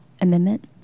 amendment